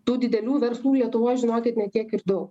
tų didelių verslų lietuvoj žinokit ne tiek ir daug